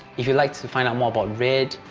if you'd like to find out more about red,